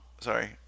Sorry